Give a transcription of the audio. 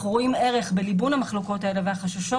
אנחנו רואים ערך בליבון המחלוקות והחששות